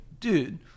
dude